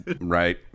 Right